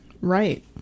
Right